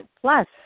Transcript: plus